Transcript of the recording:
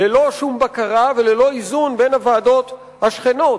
ללא שום בקרה וללא איזון בין הוועדות השכנות.